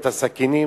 את הסכינים,